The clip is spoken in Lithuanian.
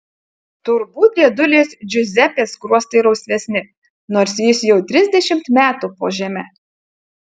turbūt dėdulės džiuzepės skruostai rausvesni nors jis jau trisdešimt metų po žeme